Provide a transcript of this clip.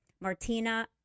Martina